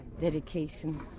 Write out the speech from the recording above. dedication